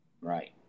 right